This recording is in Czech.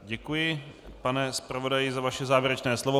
Děkuji, pane zpravodaji, za vaše závěrečné slovo.